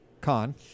Con